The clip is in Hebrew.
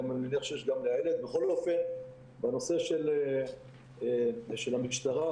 בנושא של המשטרה,